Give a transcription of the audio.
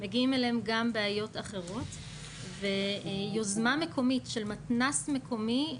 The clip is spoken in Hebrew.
מגיעים אליהם גם בעיות אחרות ויוזמה מקומית של מתנ"ס מקומי,